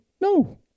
No